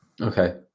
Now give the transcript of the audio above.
Okay